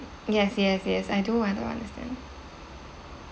yes yes yes I do I do understand